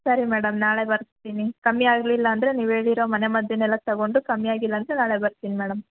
ಸರಿ ಮೇಡಂ ನಾಳೆ ಬರ್ತೀನಿ ಕಮ್ಮಿ ಆಗಲಿಲ್ಲ ಅಂದರೆ ನೀವು ಹೇಳಿರೋ ಮನೆ ಮದ್ದನ್ನೆಲ್ಲ ತೊಗೊಂಡು ಕಮ್ಮಿ ಆಗಿಲ್ಲ ಅಂದರೆ ನಾಳೆ ಬರ್ತೀನಿ ಮೇಡಂ